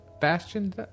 Bastion